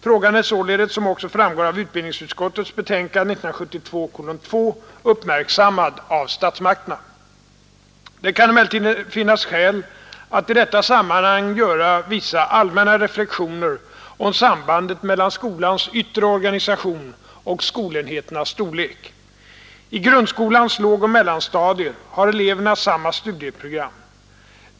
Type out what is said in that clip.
Frågan är således, som också framgår av utbildningsutskottets betänkande nr 2 år 1972, uppmärksammad av statsmakterna. Det kan emellertid finnas skäl att i detta sammanhang göra vissa allmänna reflexioner om sambandet mellan skolans yttre organisation och skolenheternas storlek. I grundskolans lågoch mellanstadier har eleverna samma studieprogram.